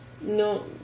No